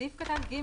סעיף (ג)